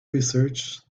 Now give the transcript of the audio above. research